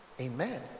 Amen